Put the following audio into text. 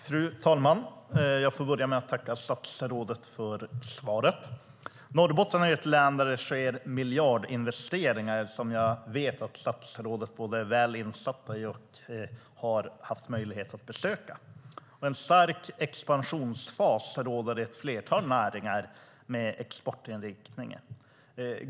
Fru talman! Jag får börja med att tacka statsrådet för svaret. Norrbotten är ett län där det sker miljardinvesteringar. Jag vet att statsrådet både är väl insatt i detta och har haft möjlighet att besöka området. En stark expansionsfas råder i ett flertal näringar med exportinriktning.